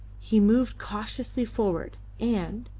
he moved cautiously forward, and,